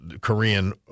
Korean